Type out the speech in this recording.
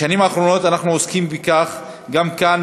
בשנים האחרונות אנחנו עוסקים בכך גם כאן,